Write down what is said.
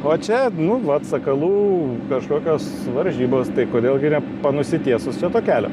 o čia nu vat sakalų kažkokios varžybos tai kodėl gi ne panusitiesus čia takelio